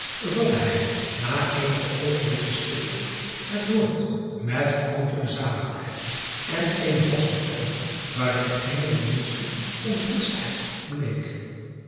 vatte hij na eenige oogenblikken stilte het woord met groote bezadigdheid en eenen vasten toon waarin geene de minste onthutstheid bleek